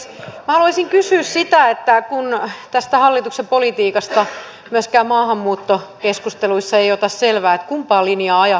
minä haluaisin kysyä kun tästä hallituksen politiikasta myöskään maahanmuuttokeskusteluissa ei ota selvää että kumpaa linjaa ajatte